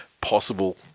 possible